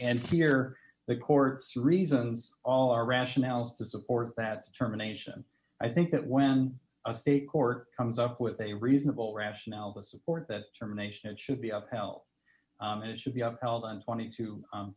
and here the court's reasons all our rationale to support that determination i think that when a state court comes up with a reasonable rationale to support that terminations should be of help and it should be upheld on twenty two